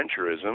adventurism